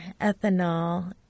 ethanol